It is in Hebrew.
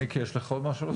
מיקי יש לך עוד משהו להוסיף?